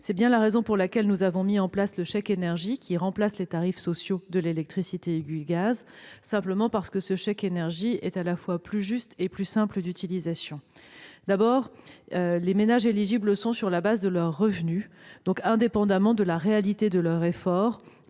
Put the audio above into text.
C'est bien la raison pour laquelle nous avons mis en place le chèque énergie, qui remplace les tarifs sociaux de l'électricité et du gaz, ce chèque énergie étant à la fois plus juste et plus simple d'utilisation. D'abord, les ménages éligibles le sont sur la base de leurs revenus, donc indépendamment de la réalité de leur effort,